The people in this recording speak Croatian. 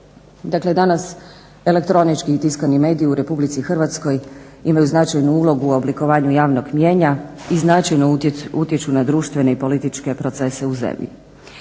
Dakle danas elektronički i tiskani mediji u Republici Hrvatskoj imaju značajnu ulogu u oblikovanju javnog mnijenja i značajno utječu na društvene i političke procese u zemlji.